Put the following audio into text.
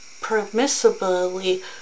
permissibly